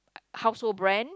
household brand